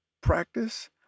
practice